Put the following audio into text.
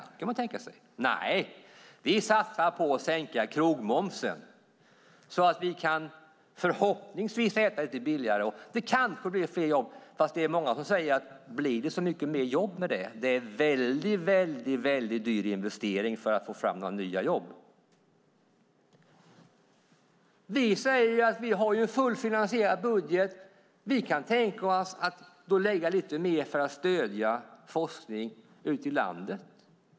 Nej, i stället heter det: Vi satsar på att sänka krogmomsen så att vi förhoppningsvis kan äta lite billigare, och kanske blir det fler jobb. Men många undrar om det blir så många fler jobb. Det är en väldigt dyr investering för att få fram några nya jobb. Vi säger att vi har en fullt ut finansierad budget. Vi kan tänka oss att lägga lite mer på att stödja forskning ute i landet.